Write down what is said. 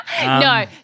No